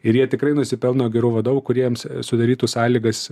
ir jie tikrai nusipelno gerų vadovų kuriems sudarytų sąlygas